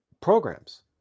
programs